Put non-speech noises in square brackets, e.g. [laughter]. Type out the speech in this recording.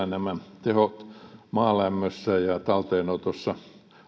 [unintelligible] nämä tehot maalämmössä ja talteenotossa